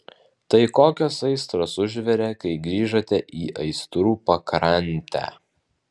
tai kokios aistros užvirė kai grįžote į aistrų pakrantę